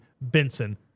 Benson